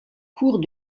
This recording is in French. cours